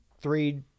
three